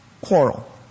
quarrel